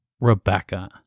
Rebecca